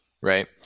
right